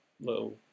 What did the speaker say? little